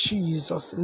Jesus